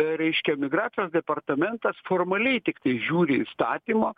reiškia migracijos departamentas formaliai tiktai žiūri įstatymo